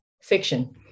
fiction